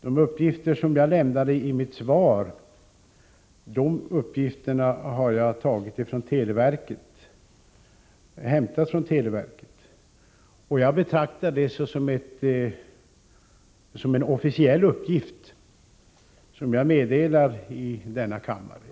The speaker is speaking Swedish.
De uppgifter som jag lämnade i mitt svar har jag hämtat från televerket, och jag betraktar dem som officiella.